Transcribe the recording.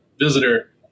visitor